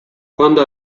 quando